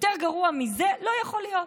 יותר גרוע מזה לא יכול להיות.